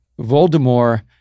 Voldemort